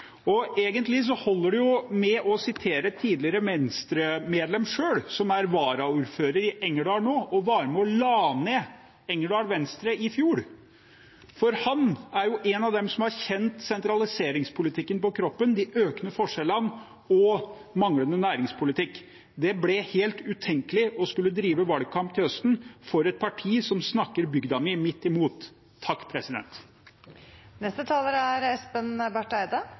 Egentlig holder det å sitere et tidligere Venstre-medlem som er varaordfører i Engerdal nå, og som var med og la ned Engerdal Venstre i fjor, for han er en av dem som har kjent sentraliseringspolitikken, de økende forskjellene og manglende næringspolitikk på kroppen: «Det ble helt utenkelig å skulle drive valgkamp til høsten for et parti som snakker bygda mi midt imot.»